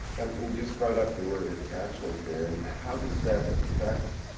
and you just brought up the word attachment there and how does that effect.